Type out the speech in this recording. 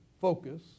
focus